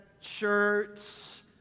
shirts